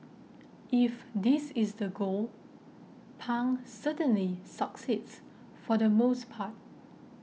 if this is the goal Pang certainly succeeds for the most part